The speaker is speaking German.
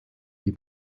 die